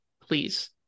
please